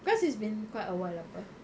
because it's been quite a while apa